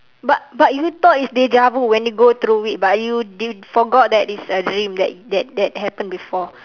but but you thought it's deja vu when you go through it but you you forgot that is a dream that that that happened before